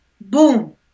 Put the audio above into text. Boom